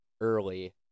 early